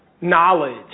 knowledge